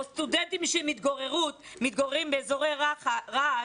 או סטודנטים שמתגוררים באזורי רעש,